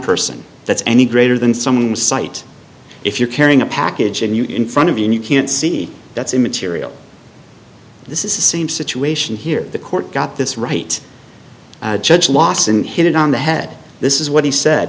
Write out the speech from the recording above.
person that's any greater than someone's sight if you're carrying a package and you're in front of you and you can't see that's immaterial this is the same situation here the court got this right judge lawson hit it on the head this is what he said